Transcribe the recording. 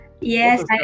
Yes